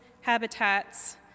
habitats